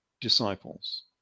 disciples